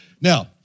Now